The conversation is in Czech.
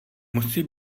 musí